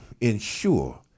ensure